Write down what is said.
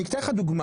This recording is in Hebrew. אני אתן לך דוגמה,